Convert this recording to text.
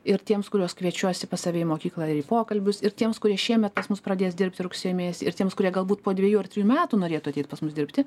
ir tiems kuriuos kviečiuosi pas save į mokyklą ir į pokalbius ir tiems kurie šiemet pas mus pradės dirbti rugsėjo mėnesį ir tiems kurie galbūt po dvejų ar trijų metų norėtų ateit pas mus dirbti